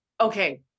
Okay